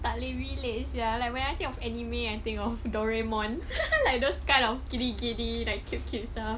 tak boleh relate sia like when I think of anime I think of doraemon like those kind of kiddy kiddy like cute cute stuff